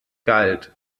galt